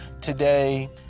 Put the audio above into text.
today